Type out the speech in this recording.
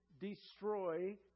Destroy